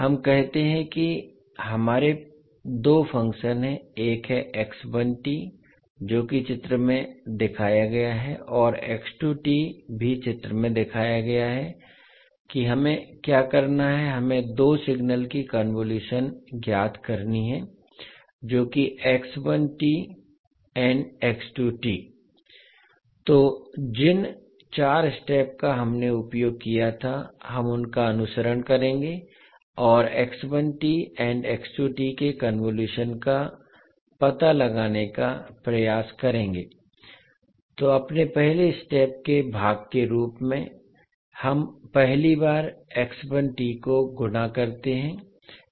हम कहते हैं कि हमारे दो फंक्शन हैं एक है जो कि चित्र में दिखाया गया है और भी चित्र में दिखाया गया है कि हमें क्या करना है हमें 2 सिग्नल की कन्वोलुशन ज्ञात करनी है जो कि तो जिन चार स्टेप का हमने उपयोग किया था हम उनका अनुसरण करेंगे और के कन्वोलुशन का पता लगाने का प्रयास करेंगे तो अपने पहले स्टेप के भाग के रूप में हम पहली बार को गुना करते हैं